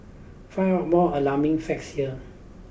find out more alarming facts here